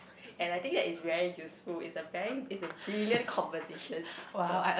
and I think that is very useful is a very is a brilliant conversation start